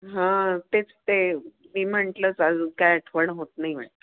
हां तेच ते मी म्हटलंच अजून काय आठवण होत नाही वाटतं